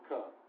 Cup